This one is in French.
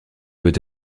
peut